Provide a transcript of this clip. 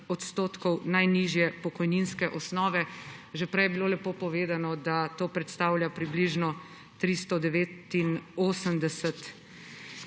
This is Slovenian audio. na 41 % najnižje pokojninske osnove. Že prej je bilo lepo povedano, da to predstavlja približno 389